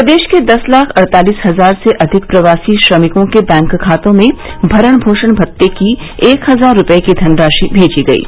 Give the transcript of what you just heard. प्रदेश के दस लाख अड़तालीस हजार से अधिक प्रवासी श्रमिकों के बैंक खातों में भरण पोषण भत्ते की एक हजार रूपये की धनराशि भेजी गयी